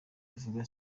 bavuga